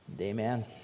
Amen